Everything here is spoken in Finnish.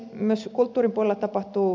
myös kulttuurin puolella tapahtuu